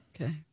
Okay